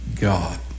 god